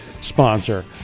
sponsor